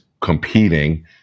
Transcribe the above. competing